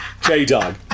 J-Dog